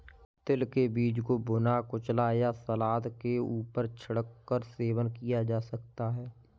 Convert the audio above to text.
तिल के बीज को भुना, कुचला या सलाद के ऊपर छिड़क कर सेवन किया जा सकता है